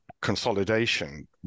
consolidation